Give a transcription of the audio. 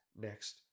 next